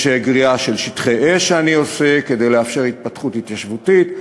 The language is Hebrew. יש גריעה של שטחי אש שאני עושה כדי לאפשר התפתחות התיישבותית.